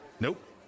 Nope